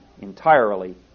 entirely